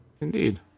Indeed